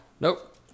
Nope